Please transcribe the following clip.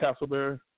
Castleberry